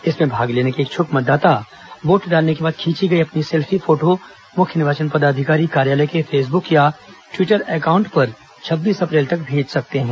इसमें भाग लेने के लिए इच्छुक मतदाता वोट डालने के बाद खींची गई अपनी सेल्फी फोटो मुख्य निर्वाचन पदाधिकारी कार्यालय के फेसबुक या ट्वीटर एकाउंट पर छब्बीस अप्रैल तक भेज सकते हैं